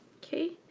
okay,